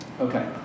Okay